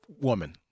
woman